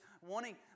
wanting